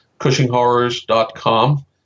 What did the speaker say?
CushingHorrors.com